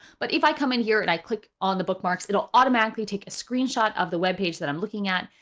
but if i come in here and i click on the bookmarks, it'll automatically take a screenshot of the web page that i'm looking at,